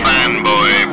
Fanboy